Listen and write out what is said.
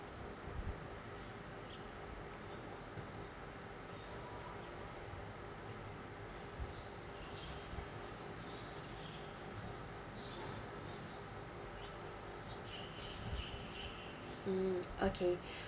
mm okay